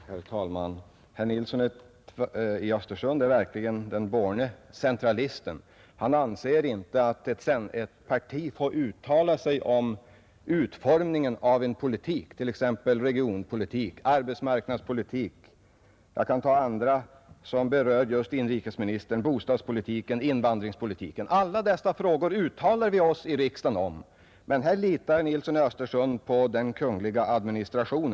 Herr talman! Herr Nilsson i Östersund är verkligen den borne centralisten. Han anser inte att ett parti får uttala sig om utformningen av en politik i riksdagen, t.ex. regionpolitik och arbetsmarknadspolitik. Jag kan ta andra exempel inom inrikesministerns område som bostadspolitiken och invandringspolitiken. Alla dessa frågor uttalar vi oss om här i riksdagen, men i detta fall litar herr Nilsson i Östersund på den kungliga administrationen.